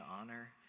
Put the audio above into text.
honor